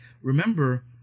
Remember